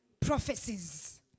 prophecies